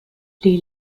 les